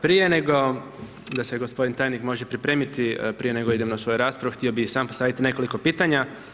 Prije nego da se gospodin tajnik može pripremiti prije nego idem na svoju raspravu, htio bi samo postaviti nekoliko pitanja.